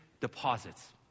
deposits